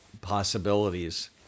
possibilities